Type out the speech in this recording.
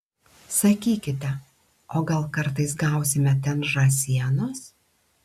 sakykite o gal kartais gausime ten žąsienos